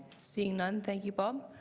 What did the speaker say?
seeing none, thank you, bob.